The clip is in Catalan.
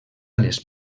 les